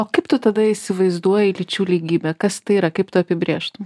o kaip tu tada įsivaizduoji lyčių lygybę kas tai yra kaip tu apibrėžtum